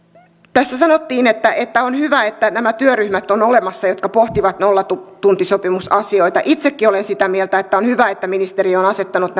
tässä sanottiin että että on hyvä että on olemassa jotka pohtivat nollatuntisopimusasioita itsekin olen sitä mieltä että on hyvä että ministeriö on asettanut